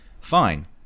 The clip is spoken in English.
fine